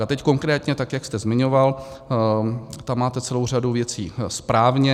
A teď konkrétně, tak jak jste zmiňoval, tam máte celou řadu věcí správně.